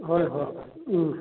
ꯍꯣꯏ ꯍꯣꯏ ꯎꯝ